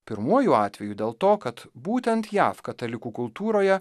pirmuoju atveju dėl to kad būtent jav katalikų kultūroje